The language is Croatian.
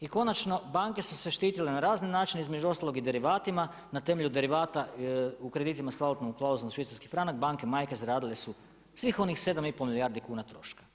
I konačno, banke su se štitile na razne načine između ostalog i derivatima, na temelju derivata u kreditima sa valutnom klauzulom švicarski franak, banke majke zaradile su svih onih 7,5 milijardi kuna troška.